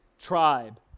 tribe